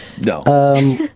No